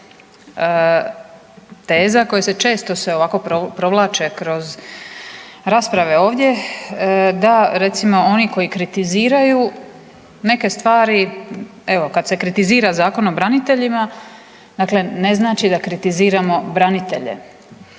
teza koje se često se ovako provlače kroz rasprave ovdje da recimo oni koji kritiziraju neke stvari, evo kad se kritizira Zakon o braniteljima ne znači da kritiziramo branitelje,